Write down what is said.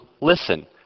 listen